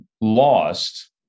lost